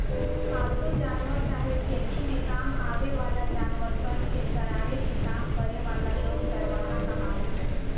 पालतू जानवर चाहे खेती में काम आवे वाला जानवर सन के चरावे के काम करे वाला लोग चरवाह कहाला